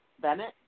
Bennett